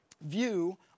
view